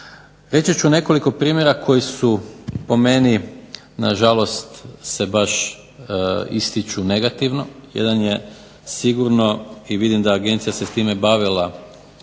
Reći ću nekoliko primjera koji su po meni nažalost se baš ističu negativno. Jedan je sigurno i da je Agencija se s time bavila